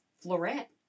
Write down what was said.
Florette